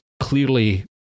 clearly